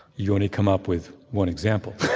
you only come up with one example.